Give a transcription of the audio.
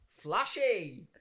Flashy